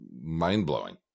mind-blowing